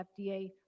FDA